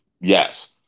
Yes